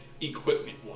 equipment